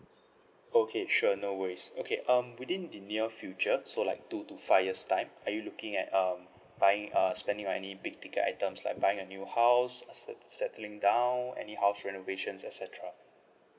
okay sure no worries okay um within the near future so like two to five years' time are you looking at um buying uh spending on any big ticket items like buying a new house set~ settling down any house renovations et cetera